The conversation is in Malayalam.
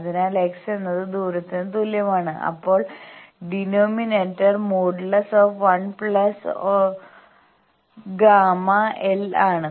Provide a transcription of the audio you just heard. അതിനാൽ x ഏത് ദൂരത്തിന് തുല്യമാണോ അപ്പോൾ ഡിനോമിനേറ്റർ |1Γ L | ആണ്